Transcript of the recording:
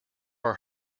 are